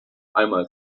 einmal